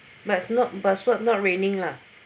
but it's not but it's not not raining lah